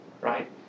right